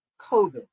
COVID